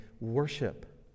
Worship